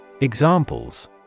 Examples